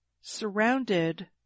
surrounded